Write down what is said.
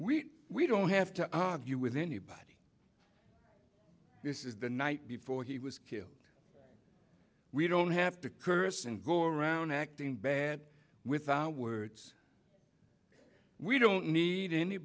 we we don't have to argue with anybody this is the night before he was killed we don't have to curse and go around acting bad with our words we don't need any